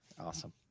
Awesome